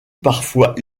parfois